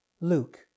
Luke